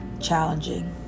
challenging